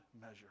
measure